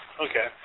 Okay